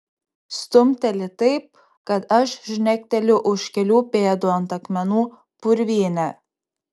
stumteli taip kad aš žnekteliu už kelių pėdų ant akmenų purvyne